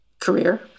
career